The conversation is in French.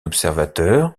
observateur